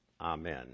Amen